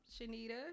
Shanita